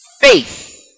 faith